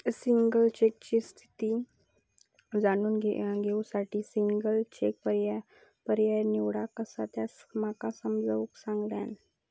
single चेकची स्थिती जाणून घेऊ साठी सिंगल चेक पर्याय निवडा, असा त्यांना माका समजाऊन सांगल्यान